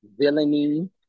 villainy